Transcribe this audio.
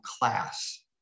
class